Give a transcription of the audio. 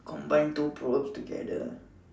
combined two proverbs together